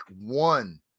one